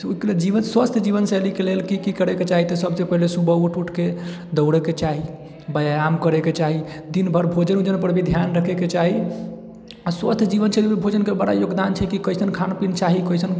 तऽ ओहिके लेल स्वस्थ्य जीवनशैलीके लेल की की करेके चाही तऽ सबसे पहिले सुबह उठके दौड़ेके चाही व्यायाम करे के चाही दिनभर भोजन ओजन पर भी ध्यान रखेके चाही स्वास्थ्य जीवनशैलीमे भोजनके बड़ा योगदान छै कि कइसन खान पिन चाही कइसन